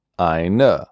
EINE